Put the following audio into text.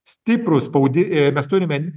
stiprų spaudi ė męs turime